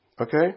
Okay